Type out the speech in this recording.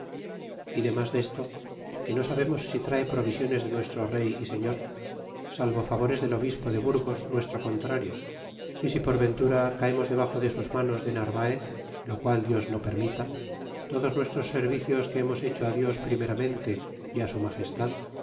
y demas desto que no sabemos si trae provisiones de nuestro rey y señor salvo favores del obispo de burgos nuestro contrario y si por ventura caemos debaxo de sus manos de narvaez lo qual dios no permita todos nuestros servicios que hemos hecho á dios primeramente y á su magestad